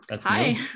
Hi